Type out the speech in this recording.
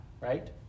right